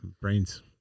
brains